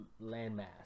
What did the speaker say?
landmass